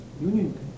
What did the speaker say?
Union